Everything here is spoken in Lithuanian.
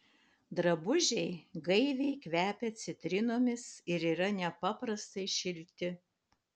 drabužiai gaiviai kvepia citrinomis ir yra nepaprastai šilti